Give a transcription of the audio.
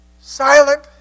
Silent